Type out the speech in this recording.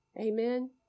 Amen